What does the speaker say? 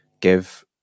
give